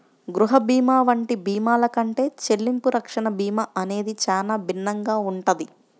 గృహ భీమా వంటి భీమాల కంటే చెల్లింపు రక్షణ భీమా అనేది చానా భిన్నంగా ఉంటది